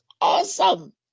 awesome